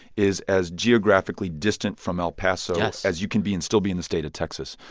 is as geographically distant from el paso as you can be and still be in the state of texas.